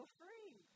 free